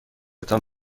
تان